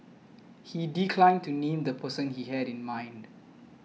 he declined to name the person he had in mind